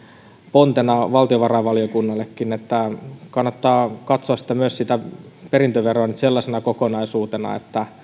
pontena valtiovarainvaliokunnallekin että kannattaa katsoa myös sitä perintöveroa nyt sellaisena kokonaisuutena